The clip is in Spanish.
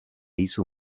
hizo